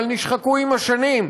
אבל נשחקו עם השנים.